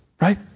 right